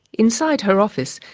inside her office,